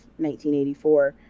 1984